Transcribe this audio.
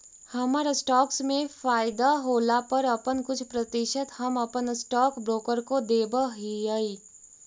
हमर स्टॉक्स में फयदा होला पर अपन कुछ प्रतिशत हम अपन स्टॉक ब्रोकर को देब हीअई